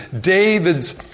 David's